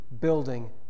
building